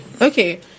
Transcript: Okay